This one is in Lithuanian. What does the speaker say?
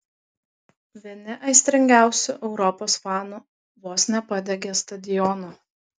vieni aistringiausių europos fanų vos nepadegė stadiono